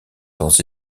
sans